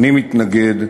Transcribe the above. אני מתנגד,